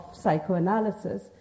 psychoanalysis